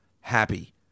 happy